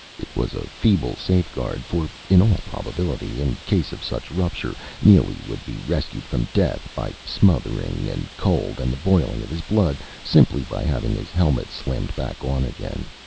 it was a feeble safeguard, for, in all probability, in case of such rupture, neely would be rescued from death by smothering and cold and the boiling of his blood, simply by having his helmet slammed back on again.